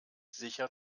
sicher